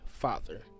father